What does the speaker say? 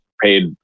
paid